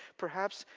perhaps.